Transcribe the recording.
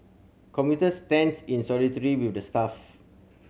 commuter stands in with the staff